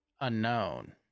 Unknown